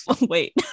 Wait